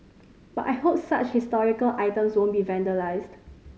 but I hope such historical items won't be vandalised